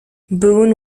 boone